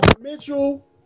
Mitchell